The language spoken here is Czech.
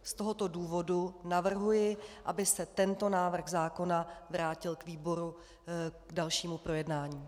Z tohoto důvodu navrhuji, aby se tento návrh zákona vrátil výboru k dalšímu projednání.